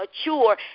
mature